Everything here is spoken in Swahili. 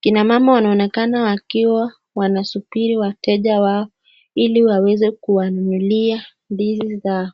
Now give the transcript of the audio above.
Kina mama wanaonekana wakiwa wanasubiri wateja wao ili waweze kuwanunulia ndizi zao.